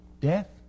death